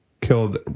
killed